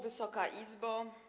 Wysoka Izbo!